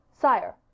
Sire